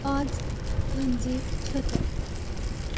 آز أنۍزِ چھٔتٕر